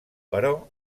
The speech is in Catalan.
però